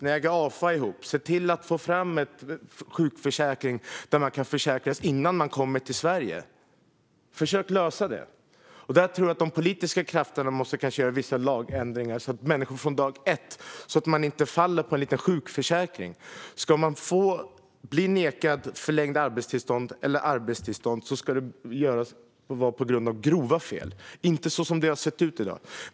Ni äger Afa ihop. Se till att få fram en sjukförsäkring så att man kan försäkras innan man kommer till Sverige. Försök att lösa det! Jag tror att de politiska krafterna måste göra vissa lagändringar så att människor inte faller på en liten sjukförsäkring. Om man ska nekas arbetstillstånd eller förlängt arbetstillstånd ska det vara på grund av grova fel och inte så som det är i dag.